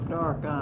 dark